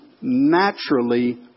naturally